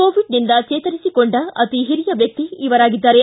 ಕೋವಿಡ್ನಿಂದ ಚೇತರಿಸಿಕೊಂಡ ಅತಿ ಹಿರಿಯ ವ್ಯಕ್ತಿ ಇವರಾಗಿದ್ದಾರೆ